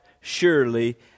surely